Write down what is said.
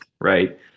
right